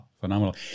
Phenomenal